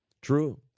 True